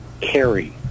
carry